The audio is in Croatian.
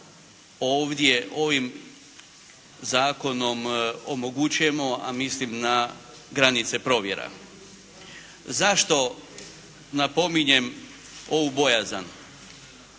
ovdje ovim zakonom omogućujemo, a mislim na granice provjera. Zašto napominjem ovu bojazan?